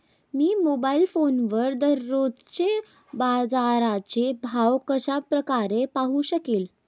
मी mobile फोनवर दररोजचे बाजाराचे भाव कशा प्रकारे पाहू शकेल?